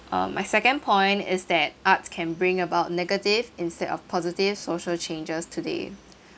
uh my second point is that arts can bring about negative instead of positive social changes today